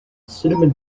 cinnamon